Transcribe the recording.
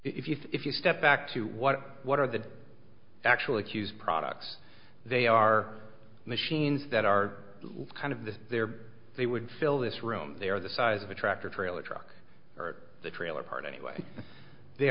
is if you step back to what what are the actual accused products they are machines that are kind of the there they would fill this room they are the size of a tractor trailer truck the trailer part anyway they